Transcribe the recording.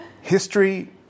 History